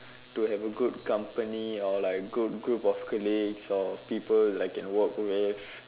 to have a good company or like good group of colleagues or people like can work with